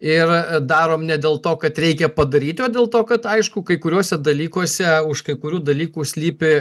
ir darom ne dėl to kad reikia padaryti o dėl to kad aišku kai kuriuose dalykuose už kai kurių dalykų slypi